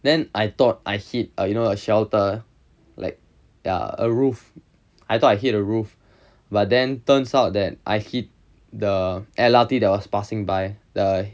then I thought I hit a you know a shelter like err a roof I thought I hit the roof but then turns out that I hit the L_R_T that was passing by the